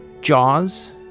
Jaws